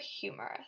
humorous